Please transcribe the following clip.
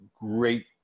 great